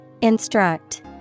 Instruct